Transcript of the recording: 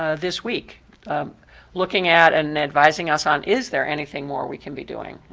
ah this week looking at and advising us on is there anything more we can be doing.